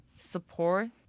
support